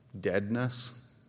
deadness